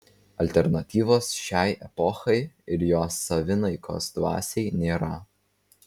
alternatyvos šiai epochai ir jos savinaikos dvasiai nėra